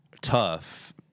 tough